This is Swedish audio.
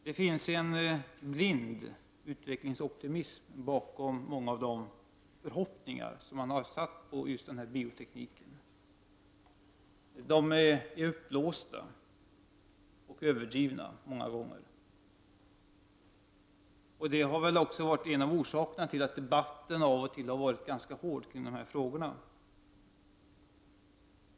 Det finns en blind utvecklingsoptimism bakom många av de förhoppningar som satts till just biotekniken. De är många gånger uppblåsta och överdrivna. Det har väl också varit en av orsakerna till att debatterna av och till har varit ganska hårda kring de här frågorna.